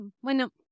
bueno